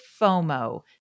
FOMO